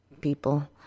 people